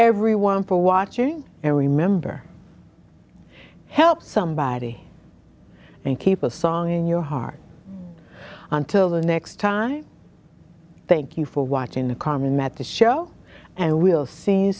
everyone for watching and remember help somebody and keep a song in your heart until the next time i thank you for watching the calm met the show and we'll see